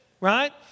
right